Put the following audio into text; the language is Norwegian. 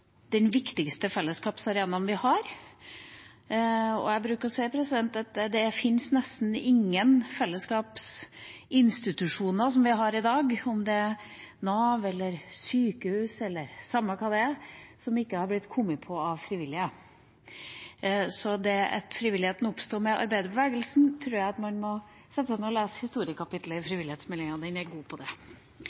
den viktigste fellesskapsarenaen vi har, og jeg pleier å si at det er nesten ingen av fellesskapsinstitusjonene vi har i dag, om det er Nav eller sykehus – eller samme hva det er – som ikke har sprunget ut av frivillighet. Så hvis man mener at frivilligheten oppsto med arbeiderbevegelsen, tror jeg man må sette seg ned og lese historiekapitlet i frivillighetsmeldingen – den er god på det.